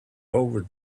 over